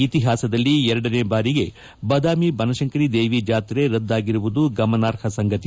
ಇತಿಹಾಸದಲ್ಲಿ ಎರಡನೇ ಬಾರಿಗೆ ಬಾದಾಮಿ ಬನಶಂಕರಿ ದೇವಿ ಜಾತ್ರೆ ರದ್ದಾಗಿರುವುದು ಗಮನಾರ್ಹ ಸಂಗತಿ